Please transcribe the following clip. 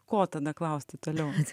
ko tada klausti toliau